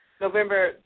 November